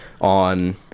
on